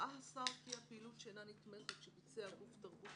(ג) ראה השר כי הפעילות שאינה נתמכת שביצע גוף תרבות,